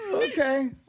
Okay